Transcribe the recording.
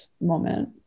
moment